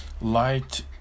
light